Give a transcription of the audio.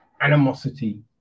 animosity